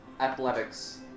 Athletics